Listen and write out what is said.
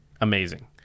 amazing